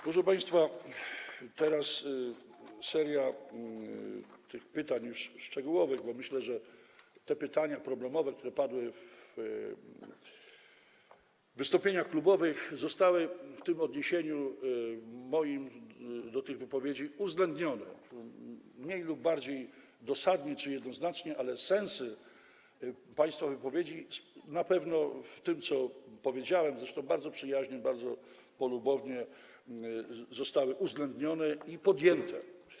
Proszę państwa, teraz seria już tych szczegółowych pytań, bo myślę, że pytania problemowe, które padły w wystąpieniach klubowych, zostały w moim odniesieniu się do tych wypowiedzi uwzględnione - mniej lub bardziej dosadnie czy jednoznacznie, ale jeśli chodzi o sens państwa wypowiedzi, to na pewno w tym, co powiedziałem, zresztą bardzo przyjaźnie, bardzo polubownie, zostało to uwzględnione i podjęte.